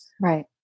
right